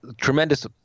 tremendous